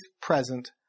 present